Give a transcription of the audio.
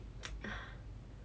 ah